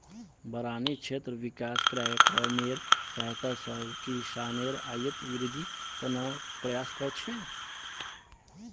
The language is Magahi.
बारानी क्षेत्र विकास कार्यक्रमेर सहायता स किसानेर आइत वृद्धिर त न प्रयास कर छेक